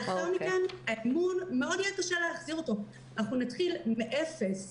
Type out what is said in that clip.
יהיה מאוד קשה להחזיר את האמון ואנחנו נתחיל מאפס.